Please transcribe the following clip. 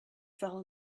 fell